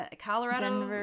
Colorado